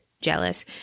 Jealous